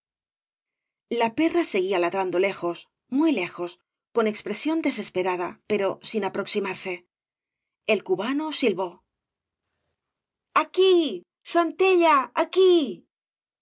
la perra seguía ladrando lejos muy lejos con expresión desesperada pero sio aproximarae el cubano silbó aquí sentelluf aquí